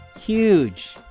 huge